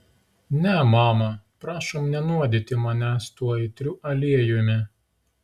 ne mama prašom nenuodyti manęs tuo aitriu aliejumi